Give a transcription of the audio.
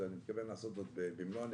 ואני מקווה לעשות את זה במלוא הנחישות.